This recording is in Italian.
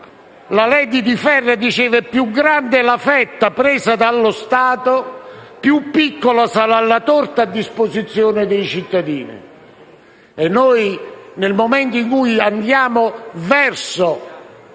La *lady* di ferro diceva: più grande è la fetta presa dallo Stato, più piccola sarà la torta a disposizione dei cittadini.